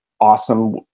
awesome